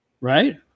Right